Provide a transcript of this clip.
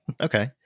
Okay